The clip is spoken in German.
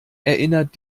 erinnert